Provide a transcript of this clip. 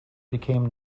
became